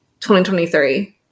2023